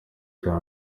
cya